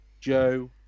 Joe